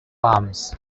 arms